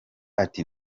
ati